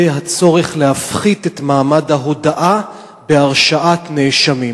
הצורך להפחית את מעמד ההודאה בהרשעת נאשמים.